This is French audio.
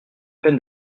peine